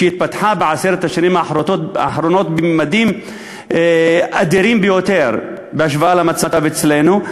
שהתפתחה בעשר השנים האחרונות בממדים אדירים ביותר בהשוואה למצב אצלנו.